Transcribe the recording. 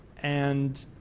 and